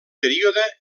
període